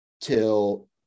till